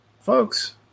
Folks